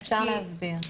אפשר להסביר.